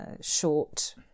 short